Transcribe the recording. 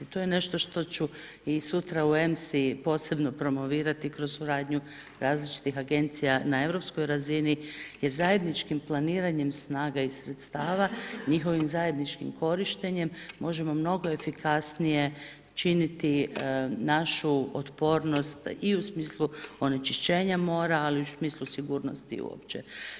To je nešto što ću i sutra u MC-i posebno promovirati kroz suradnju različitih agencija na europskoj razini jer zajedničkim planiranjem snaga i sredstava, njihovim zajedničkim korištenjem možemo mnogo efikasnije činiti našu otpornost i u smislu onečišćenja mora, ali i u smislu sigurnosti uopće.